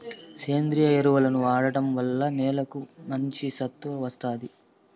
సేంద్రీయ ఎరువులను వాడటం వల్ల నేలకు మంచి సత్తువ వస్తాది